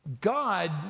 God